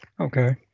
Okay